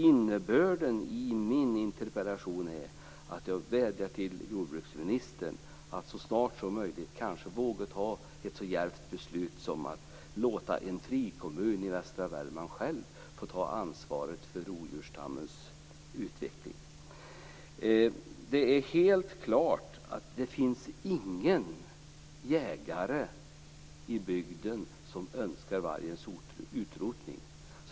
Innebörden i min interpellation är att jag vädjar till jordbruksministern att så snart som möjligt kanske våga ta ett så djärvt beslut som att låta en frikommun i västra Värmland själv få ta ansvar för rovdjursstammens utveckling. Det är helt klart att det inte finns någon jägare i bygden som önskar vargens utrotning.